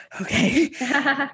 okay